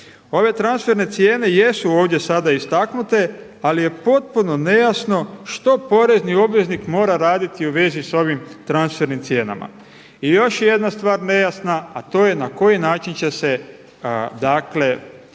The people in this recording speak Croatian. Ove transferne cijene jesu ovdje sada istaknute, ali je potpuno nejasno što porezni obveznik mora raditi u vezi s ovim transfernim cijenama. I još je jedna stvar nejasna, a to je na koji način će se naplata